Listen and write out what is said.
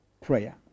prayer